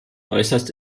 äußerst